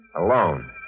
alone